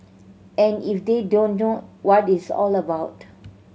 and if they don't know what it's all about